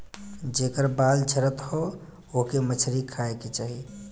जेकर बाल झरत हौ ओके मछरी खाए के चाही